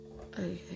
okay